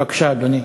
בבקשה, אדוני.